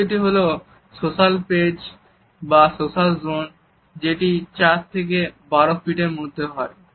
তৃতীয়টি হলো social space বা সোশ্যাল জোন যেটি 4 থেকে 12 ফিট এর মধ্যে হয়